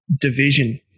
division